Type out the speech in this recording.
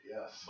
Yes